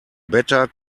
better